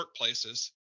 workplaces